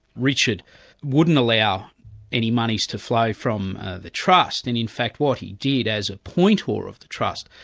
richard wouldn't allow any monies to flow from the trust, and in fact what he did as appointer of the trust,